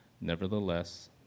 Nevertheless